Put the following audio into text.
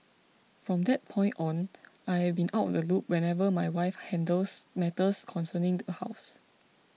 from that point on I have been out of the loop whenever my wife handles matters concerning the house